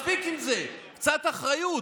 מספיק עם זה, קצת אחריות.